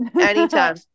Anytime